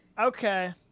Okay